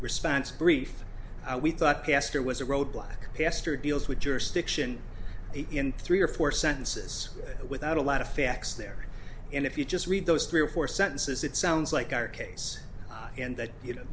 response brief we thought pastor was a roadblock pastor deals with jurisdiction in three or four sentences without a lot of facts there and if you just read those three or four sentences it sounds like our case and that you know